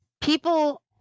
people